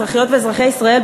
אזרחיות ואזרחי ישראל,